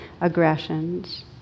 aggressions